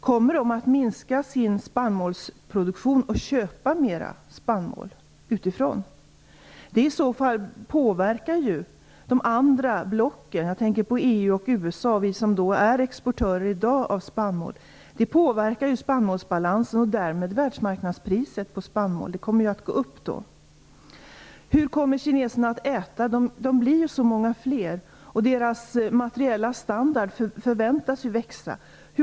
Kommer de att minska sin spannmålsproduktion och köpa mer spannmål utifrån? Det påverkar i så fall de andra blocken, jag tänker på EU och USA, vi som i dag är exportörer av spannmål. Det påverkar spannmålsbalansen och därmed världsmarknadspriset på spannmål. Det kommer att gå upp. Hur kommer kineserna att äta? De blir ju så många fler, och deras materiella standard väntas växa.